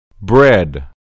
bread